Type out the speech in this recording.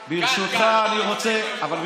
אבל,